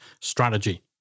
strategy